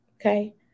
Okay